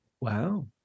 Wow